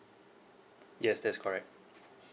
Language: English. yes that's correct